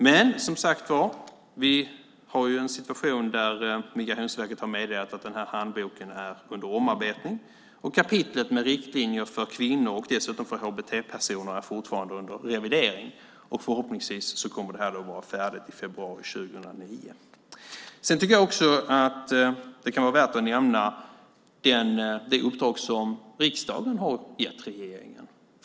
Men som sagt var har vi en situation där Migrationsverket har meddelat att handboken är under omarbetning, och kapitlet med riktlinjer för kvinnor och dessutom för HBT-personer är fortfarande under revidering. Förhoppningsvis kommer det att vara färdigt i februari 2009. Jag tycker också att det kan vara värt att nämna det uppdrag som riksdagen har gett regeringen.